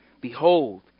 behold